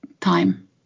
time